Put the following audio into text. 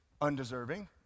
undeserving